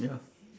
ya